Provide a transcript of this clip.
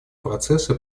процессы